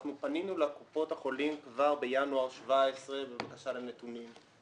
אנחנו פנינו לקופות החולים כבר בינואר 2017 בבקשה לנתונים.